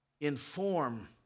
inform